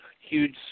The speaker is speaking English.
huge